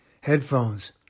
headphones